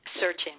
searching